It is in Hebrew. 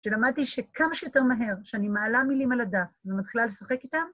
כשלמדתי שכמה שיותר מהר שאני מעלה מילים על הדף ומתחילה לשחק איתם?